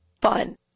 fun